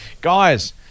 Guys